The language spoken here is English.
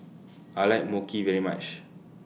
I like Mochi very much